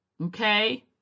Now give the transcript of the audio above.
okay